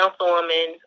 councilwoman